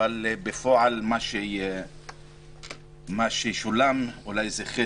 אבל בפועל מה ששולם זה אולי חצי.